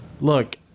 Look